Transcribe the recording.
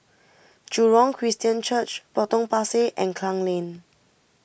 Jurong Christian Church Potong Pasir and Klang Lane